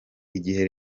igihe